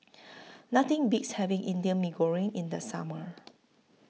Nothing Beats having Indian Mee Goreng in The Summer